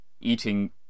eating